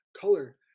color